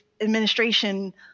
Administration